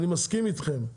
אני מסכים אתכם,